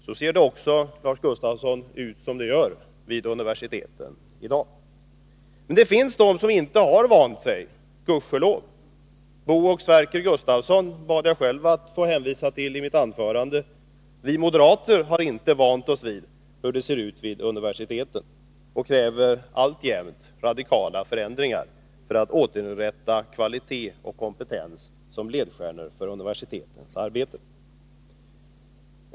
Så ser det också, Lars Gustafsson, ut som det gör vid universiteten i dag. Det finns dock de som inte har vant sig — gudskelov. Bo Gustafsson och Sverker Gustavsson bad jag själv att få hänvisa till i mitt anförande. Vi moderater har inte heller vant oss vid hur det ser ut vid universiteten och kräver därför alltjämt radikala förändringar för att kvalitet och kompetens skall återinsättas som ledstjärnor för universitetens arbete.